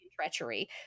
treachery